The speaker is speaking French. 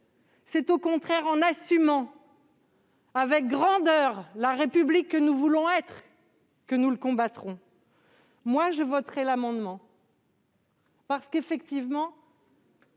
C'est au contraire en assumant avec grandeur la République que nous voulons faire que nous les combattrons. Je voterai l'amendement, parce que je pense